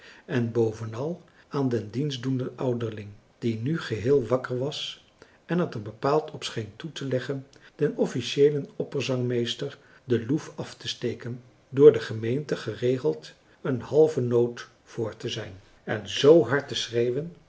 en bovenal aan den dienstdoenden ouderling die nu geheel wakker was en het er bepaald op scheen toe te leggen den officiëelen opperzangmeester de loef af te steken door de gemeente geregeld een halve noot voor te zijn en zoo hard te schreeuwen